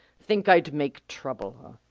think i'd make trouble, huh?